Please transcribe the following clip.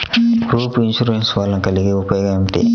Group insurance వలన కలిగే ఉపయోగమేమిటీ?